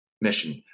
mission